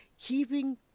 Keeping